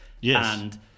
Yes